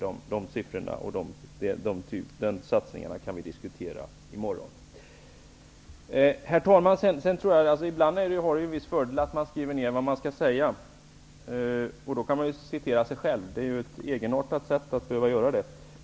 Den frågan kommer vi att kunna debattera i morgon. Herr talman! Ibland är det till en viss fördel att man skriver ned vad man skall säga, eftersom man då kan citera sig själv, även om det är litet egenartat att man behöver göra det.